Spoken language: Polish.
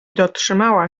dotrzymała